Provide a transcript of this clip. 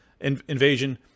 invasion